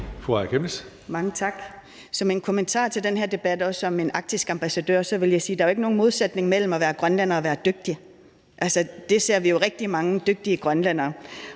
Mange tak. Som en kommentar til den her debat, også om en arktisk ambassadør, vil jeg sige, at der jo ikke er nogen modsætning mellem at være grønlænder og være dygtig. Vi ser jo rigtig mange dygtige grønlændere.